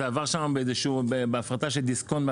זה עבר שם בהפרדה של דיסקונט,